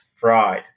fried